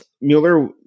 Mueller